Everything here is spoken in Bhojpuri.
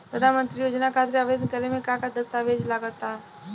प्रधानमंत्री योजना खातिर आवेदन करे मे का का दस्तावेजऽ लगा ता?